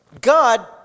God